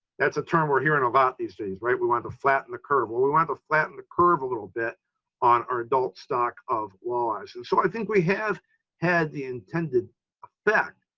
that's a term we're hearing a lot these days, right? we want to flatten the curve. well, we want to flatten the curve a little bit on our adult stock of walleyes. and so i think we have had the intended effect,